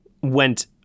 went